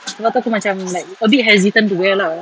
sebab tu aku macam like a bit hesitant to wear lah